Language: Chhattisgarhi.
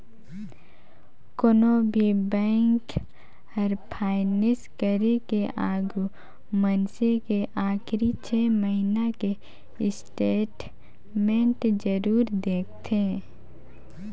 कोनो भी बेंक हर फाइनेस करे के आघू मइनसे के आखरी छे महिना के स्टेटमेंट जरूर देखथें